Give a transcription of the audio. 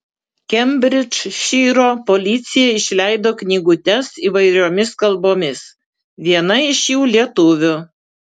kembridžšyro policija išleido knygutes įvairiomis kalbomis viena iš jų lietuvių